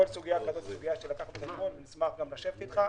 כל סוגיה כזאת --- נשמח גם לשבת אתך.